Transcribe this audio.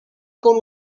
con